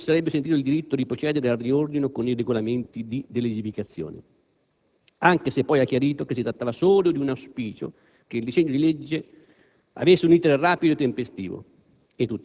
egli si sarebbe sentito in diritto di procedere al riordino con i regolamenti di delegificazione. Anche se poi ha chiarito che si trattava solo di un auspicio che il disegno di legge avesse un *iter* rapido e tempestivo.